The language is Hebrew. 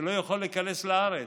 שלא יוכל להיכנס לארץ.